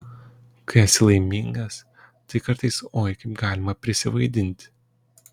kai esi laimingas tai kartais oi kaip galima prisivaidinti